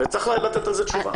וצריך לתת על זה תשובה.